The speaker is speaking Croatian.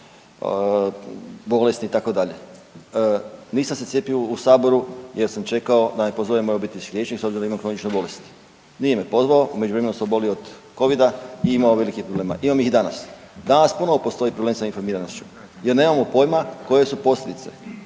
bolesni itd. Nisam se cijepio u Saboru jer sam čekao da me pozove moj obiteljski liječnik s obzirom da imam kroničnu bolest. Nije me pozvao. U međuvremenu sam obolio od Covid-a i imao velikih problema. Imam ih i danas. Danas puno postoji problem sa informiranošću jer nemamo pojma koje su posljedice.